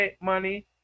money